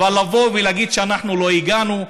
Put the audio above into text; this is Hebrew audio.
אבל לבוא ולהגיד שאנחנו לא הגענו?